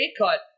cut